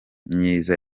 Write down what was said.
myiza